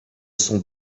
sont